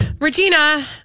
Regina